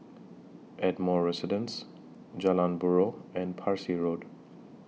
Ardmore Residence Jalan Buroh and Parsi Road